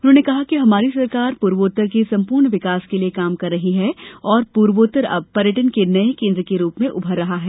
उन्होंने कहा कि हमारी सरकार प्रोत्तर के संपूर्ण विकास के लिए काम कर रही है और पूर्वोत्तर अब पर्यटन के नये केन्द्र के रूप में उभर रहा है